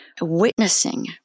witnessing